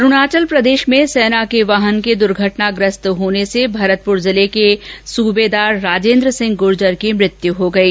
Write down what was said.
अरूणाचल प्रदेश में सेना के वाहन के दुर्घटनग्रस्थ होने से भरतपुर जिले के सूबेदार राजेन्द्र सिंह गुर्जर की मृत्यु हो गयी